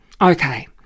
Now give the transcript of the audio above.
Okay